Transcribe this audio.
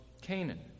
Canaan